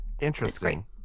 interesting